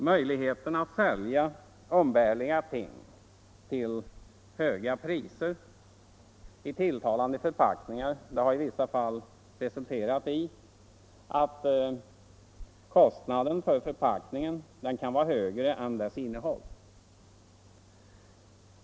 Möjligheten att sälja umbärliga ting till höga priser i tilltalande förpackningar har i vissa fall resulterat i att kostnaden för förpackningen kan vara högre än dess innehåll.